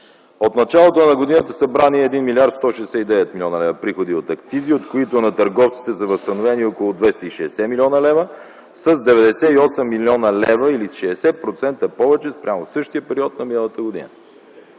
От началото на годината са събрани 1 млрд. 169 млн. лв. приходи от акцизи, от които на търговците са възстановени около 260 млн. лв. с 98 млн. лв. или 60% повече спрямо същия период на миналата година.